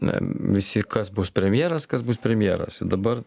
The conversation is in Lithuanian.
na visi kas bus premjeras kas bus premjeras dabar